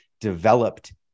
developed